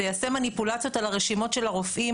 זה יעשה מניפולציות על רשימות הרופאים